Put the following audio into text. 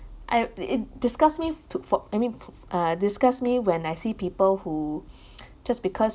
I di~ it disgust me f~ took fo~ I mean uh disgust me when I see people who just because